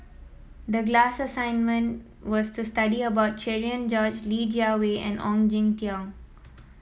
the glass assignment was to study about Cherian George Li Jiawei and Ong Jin Teong